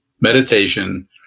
Meditation